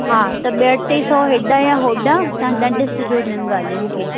हा त ॿ टे सौ एड़ा या ओड़ा तव्हां न ॾिसजो हिननि ॻाल्हियुनि खे